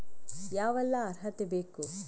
ಯಾವೆಲ್ಲ ಅರ್ಹತೆ ಬೇಕು?